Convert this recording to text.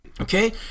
Okay